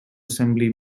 assembly